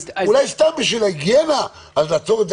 אולי סתם בשביל ההיגיינה אז לעצור את זה